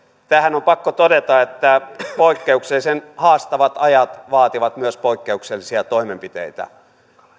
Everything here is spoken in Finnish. tähän on pakko todeta että poikkeuksellisen haastavat ajat vaativat myös poikkeuksellisia toimenpiteitä